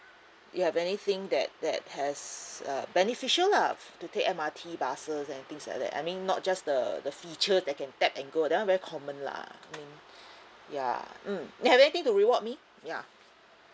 you have anything that that has uh beneficial lah to take M_R_T buses and things like that I mean not just the the feature that can tap and go that one very common lah mm ya mm you have anything to reward me ya